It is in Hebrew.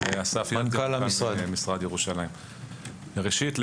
ראשית,